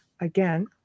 again